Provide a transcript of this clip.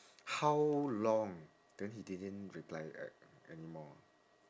how long then he didn't reply a~ anymore